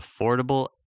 affordable